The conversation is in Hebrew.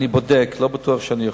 אני בודק, לא בטוח שאני אוכל.